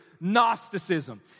Gnosticism